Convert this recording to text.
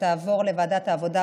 שתעבור לוועדת העבודה,